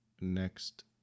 next